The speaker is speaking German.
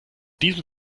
diesem